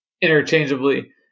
interchangeably